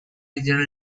regional